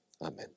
Amen